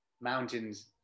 mountains